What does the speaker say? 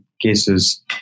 cases